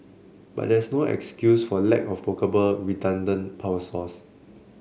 but there is no excuse for lack of workable redundant power source